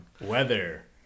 Weather